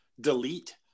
delete